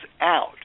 out